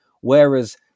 Whereas